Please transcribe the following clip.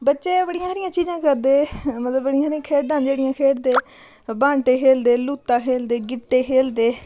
बच्चे बड़ी सारियां चीज़ां करदे मतलब बड़ी सारियां खेढां जेह्ड़ियां खेढदे बांह्टे खेलदे लूता खेलदे गीह्टे खेलदे